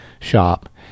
shop